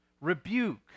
rebuke